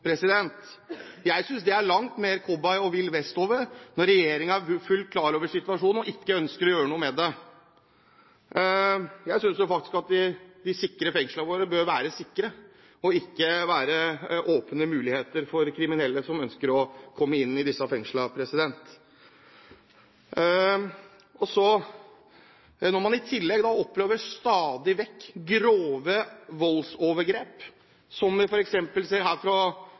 Jeg synes det er langt mer cowboy og vill vest over det når regjeringen er fullt klar over situasjonen og ikke ønsker å gjøre noe med det. Jeg synes faktisk at vi sikrer fengslene våre ved å være sikre og ikke åpne mulighetene for kriminelle som ønsker å komme inn i disse fengslene. I tillegg opplever man stadig vekk grove voldsovergrep, som man ser